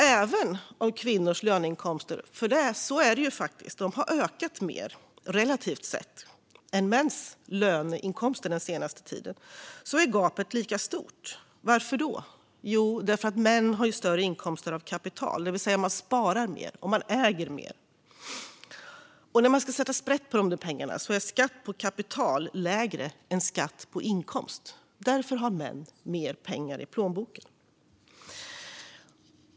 Även om kvinnors löneinkomster har ökat mer relativt sett än mäns löneinkomster den senaste tiden - för så är det faktiskt - är gapet lika stort. Varför? Jo, män har större inkomster av kapital. De sparar mer och äger mer. När man ska sätta sprätt på de pengarna skattar man mindre, eftersom skatt på kapital är lägre än skatt på inkomst. Därför har män mer pengar i plånboken.